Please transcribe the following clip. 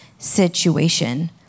situation